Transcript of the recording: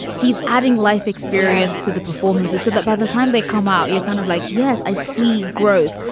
he's adding life experience to the performances. so but by the time they come out, you're kind of like, yes, i see growth.